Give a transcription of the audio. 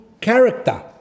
character